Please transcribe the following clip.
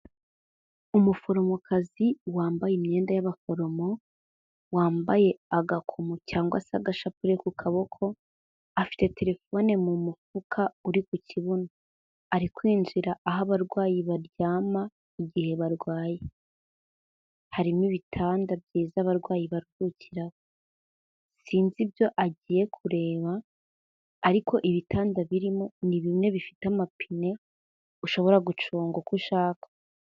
Umuforomokazi wambaye imyenda y'abaforomo, wambaye agakomo cyangwa se agashapure ku kaboko afite telefone mu mufuka uri ku kibuno. Ari kwinjira aho abarwayi baryama igihe barwaye. Harimo ibitanda byiza abarwayi baruhukira. Sinzi ibyo agiye kureba ariko ibitanda birimo ni bimwe bifite amapine ushobora gucunga uko ushaka.